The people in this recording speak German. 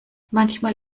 manchmal